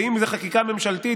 ואם זה חקיקה ממשלתית,